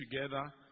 together